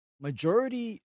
majority